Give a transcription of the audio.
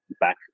back